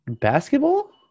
Basketball